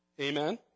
Amen